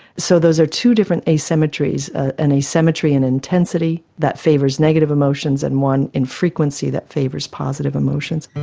so those are two different asymmetries an asymmetry in intensity that favours negative emotions, and one in frequency that favours positive emotions.